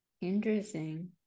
Interesting